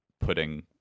putting